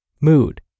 mood